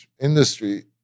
industry